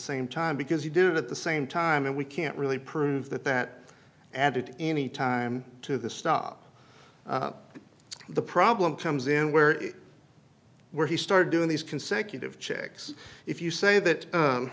same time because you do it at the same time and we can't really prove that that added any time to the stop the problem comes in where it where he started doing these consecutive checks if you say that